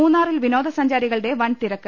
മൂന്നാറിൽ വിനോദസഞ്ചാരികളുടെ വൻ തിരക്ക്